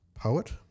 poet